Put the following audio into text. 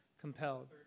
compelled